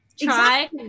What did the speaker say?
try